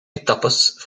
etappes